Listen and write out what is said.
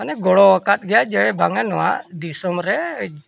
ᱢᱟᱱᱮ ᱜᱚᱲᱚ ᱟᱠᱟᱫ ᱜᱮᱭᱟᱭ ᱡᱮ ᱵᱟᱝᱟ ᱱᱚᱣᱟ ᱫᱤᱥᱚᱢ ᱨᱮ